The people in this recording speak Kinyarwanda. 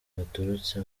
baturutse